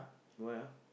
why ah